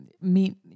meet